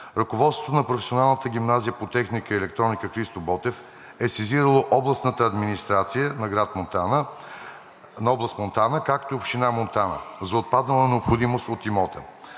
ръководството на Професионалната гимназия по техника и електроника „Христо Ботев“ е сезирало областната администрация на област Монтана, както и Община Монтана за отпаднала необходимост от имота.